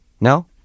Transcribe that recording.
No